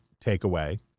takeaway